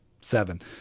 seven